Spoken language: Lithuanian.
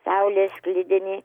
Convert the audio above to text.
saulė sklidiny